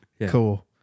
cool